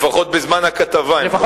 לפחות בזמן הכתבה.